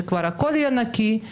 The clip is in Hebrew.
שכבר הכול יהיה נקי,